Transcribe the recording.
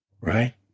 right